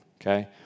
okay